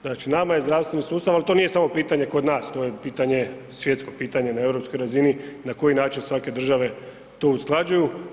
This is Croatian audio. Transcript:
Znači nama je zdravstveni sustav, ali to nije samo pitanje kod nas to je pitanje svjetsko pitanje na europskoj razni na koji način svake države to usklađuju.